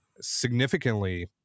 significantly